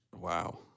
Wow